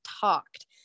talked